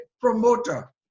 promoter